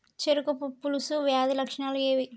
చెరుకు పొలుసు వ్యాధి లక్షణాలు ఏవి?